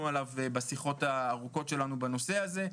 עליו בשיחות הארוכות שלנו בנושא הזה,